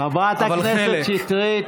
חברת הכנסת שטרית.